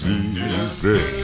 easy